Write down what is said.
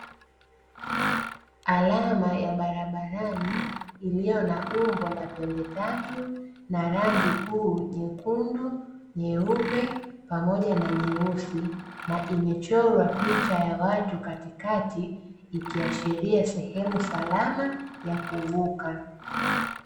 Alama ya barabarani iliyo na umbo la pembetatu na rangi kuu nyekundu, nyeupe, pamoja na nyeusi na imechorwa picha ya watu katikati ikiashiria sehemu salama ya kuvuka.